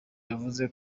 yavuze